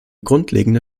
grundlegende